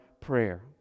prayer